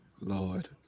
Lord